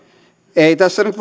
ei tässä nyt